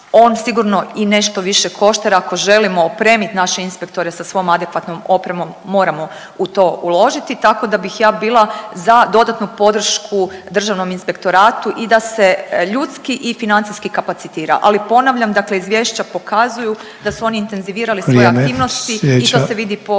On sigurno i nešto više košta jer ako želimo opremiti naše inspektore sa svom adekvatnom opremom, moramo u to uložiti, tako da bih ja bila za dodatnu podršku Državnom inspektoratu i da se ljudski i financijski kapacitira. Ali ponavljam dakle, izvješća pokazuju da su oni intenzivirali .../Upadica: Vrijeme.